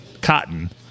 Cotton